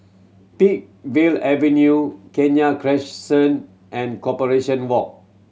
Peakville Avenue Kenya Crescent and Corporation Walk